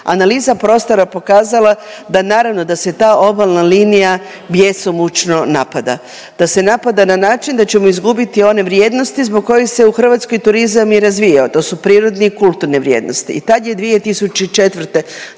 analiza prostora pokazala da naravno da se ta obalna linija bjesomučno napada, da se napada na način da ćemo izgubiti one vrijednosti zbog kojih se u Hrvatskoj turizam i razvijao, to su prirodne i kulturne vrijednosti. I ta je 2004.